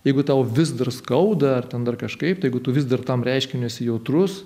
jeigu tau vis dar skauda ar ten dar kažkaip jeigu tu vis dar tam reiškiniui esi jautrus